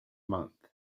month